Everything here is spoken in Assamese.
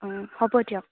অঁ হ'ব দিয়ক